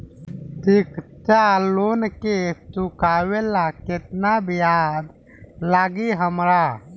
शिक्षा लोन के चुकावेला केतना ब्याज लागि हमरा?